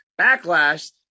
Backlash